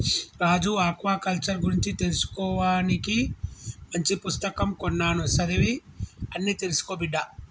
రాజు aquaculture గురించి తెలుసుకోవానికి మంచి పుస్తకం కొన్నాను చదివి అన్ని తెలుసుకో బిడ్డా